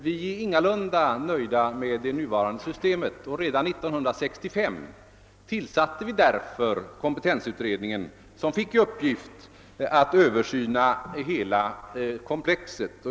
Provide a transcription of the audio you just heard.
Vi är ingalunda nöjda med det nuvarande systemet, och redan 1965 tillsatte vi därför kompetensutredningen som fick i uppdrag att se över hela komplexet.